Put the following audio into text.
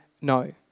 no